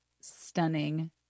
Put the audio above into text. stunning